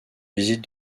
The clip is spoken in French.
visite